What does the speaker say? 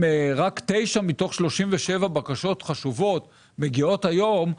אם רק תשע מתוך 37 בקשות חשובות מגיעות היום,